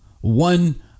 one